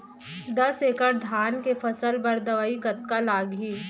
दस एकड़ धान के फसल बर दवई कतका लागही?